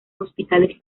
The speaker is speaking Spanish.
hospitales